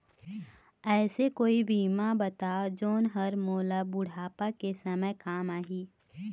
ऐसे कोई बीमा बताव जोन हर मोला बुढ़ापा के समय काम आही?